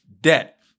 Debt